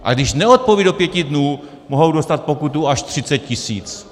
A když neodpoví do pěti dnů, mohou dostat pokutu až 30 tisíc.